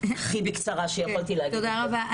תודה רבה.